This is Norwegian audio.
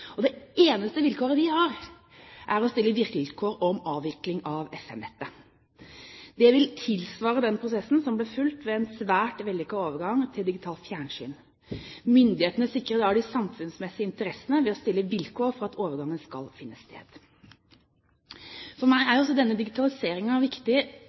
vil tilsvare den prosessen som ble fulgt ved en svært vellykket overgang til digitalt fjernsyn. Myndighetene sikrer da de samfunnsmessige interessene ved å stille vilkår for at overgangen finner sted. For meg er denne digitaliseringen viktig.